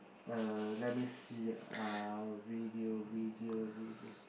err let me see uh video video video